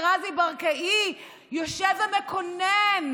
ורזי ברקאי יושב ומקונן,